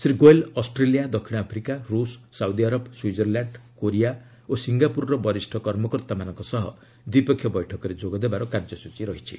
Shri Goyal Australia ଦକ୍ଷିଣ Africa ରୁଷ୍ Saudi Arab Switzerland Korea ଓ ସିଙ୍ଗାପୁରର ବରିଷ୍ଠ କର୍ମକର୍ତ୍ତାମାନଙ୍କ ସହ ଦ୍ୱିପକ୍ଷୀୟ ବୈଠକରେ ଯୋଗଦେବାର କାର୍ଯ୍ୟସ୍ଚୀ ରହିଛି